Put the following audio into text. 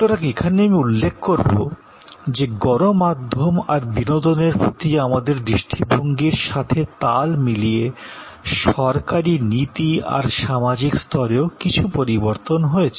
সুতরাং এখানে আমি উল্লেখ করবো যে গণমাধ্যম আর বিনোদনের প্রতি আমাদের দৃষ্টিভঙ্গির সাথে তাল মিলিয়ে সরকারী নীতি আর সামাজিক স্তরেও কিছু পরিবর্তন হয়েছে